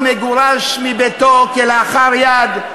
ומגורש מביתו כלאחר יד,